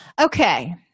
Okay